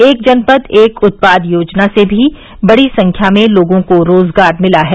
एक जनपद एक उत्पाद योजना से भी बड़ी संख्या में लोगों को रोजगार मिला है